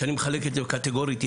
שאני מחלק את זה קטגורית ימין-שמאל,